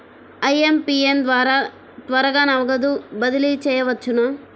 IMPS ద్వారా త్వరగా నగదు బదిలీ చేయవచ్చునా?